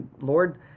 Lord